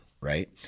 right